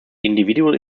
individual